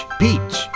peach